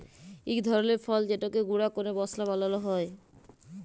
ইক ধরলের ফল যেটকে গুঁড়া ক্যরে মশলা বালাল হ্যয়